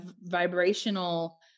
vibrational